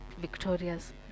victorious